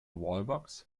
wallbox